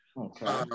Okay